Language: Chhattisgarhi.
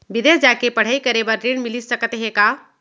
बिदेस जाके पढ़ई करे बर ऋण मिलिस सकत हे का?